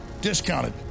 discounted